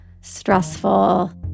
stressful